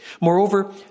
Moreover